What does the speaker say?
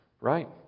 right